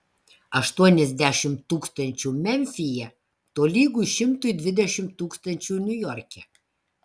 aštuoniasdešimt tūkstančių memfyje tolygu šimtui dvidešimt tūkstančių niujorke